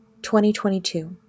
2022